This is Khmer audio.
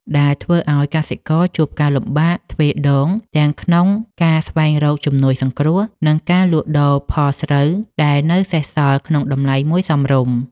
ដែលធ្វើឱ្យកសិករជួបការលំបាកទ្វេដង ទាំងក្នុងការស្វែងរកជំនួយសង្គ្រោះ និងការលក់ដូរផលស្រូវដែលនៅសេសសល់ក្នុងតម្លៃមួយសមរម្យ។